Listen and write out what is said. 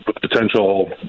potential